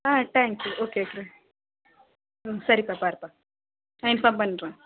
ஆ thank you okay வைக்கிறேன் ம் சரிப்பா பாருப்பா நான் இன்ஃபார்ம் பண்ணுறேன்